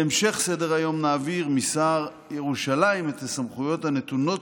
בהמשך סדר-היום נעביר משר ירושלים את הסמכויות הנתונות